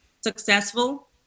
successful